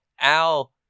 Al